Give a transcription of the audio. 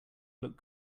looked